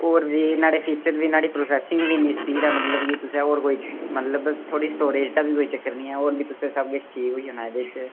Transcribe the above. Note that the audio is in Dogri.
होर बी न्हाड़ी फीचर बी न्हाड़ी प्रोसैसिंग बी इन्नी स्पीड़ ऐ मतलब कि तुसें होर कोई मतलब थुआड़ी स्टोरेज दा बी कोई चक्कर निं ऐ होर बी तुसें सब किश ठीक होई जाना एह्दे च फ्ही